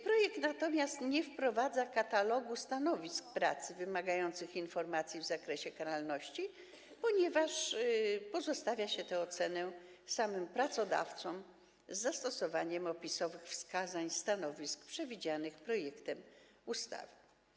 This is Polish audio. Projekt natomiast nie wprowadza katalogu stanowisk pracy wymagających informacji w zakresie karalności, ponieważ pozostawia się tę ocenę samym pracodawcom z zastosowaniem opisowych wskazań stanowisk przewidzianych projektem ustawy.